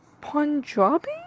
Punjabi